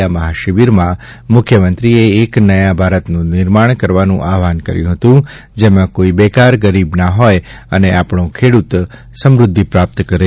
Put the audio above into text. આ મહાશિબિરમાં મુખ્યમંત્રીશ્રીએ એક નયા ભારતનું નિર્માણ કરવા આહવાન કર્યું હતું જેમાં કોઈ બેકાર ગરીબ ના હોય અને આપણો ખેડૂત સમ્રધ્ધિ પ્રાપ્ત કરે